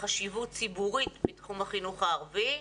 חשיבות ציבורית בתחום החינוך הערבי.